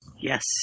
Yes